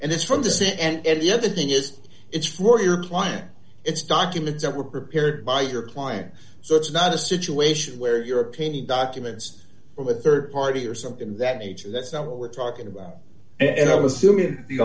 it's from this it and the other thing is it's for your client it's documents that were prepared by your client so it's not a situation where your opinion documents from a rd party or something of that nature that's not what we're talking about and i'm assuming the